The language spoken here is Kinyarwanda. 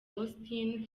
austin